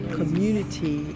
community